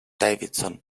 davidson